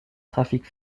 trafic